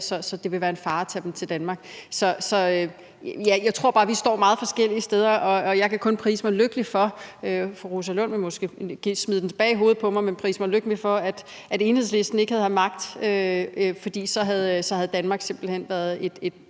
så det vil være en fare at tage den til Danmark. Så jeg tror bare, at vi står meget forskellige steder, og jeg kan kun prise sig lykkelig for – fru Rosa Lund vil måske smide den tilbage i hovedet på mig – at Enhedslisten ikke har magt, for så havde Danmark simpelt hen have stået